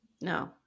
no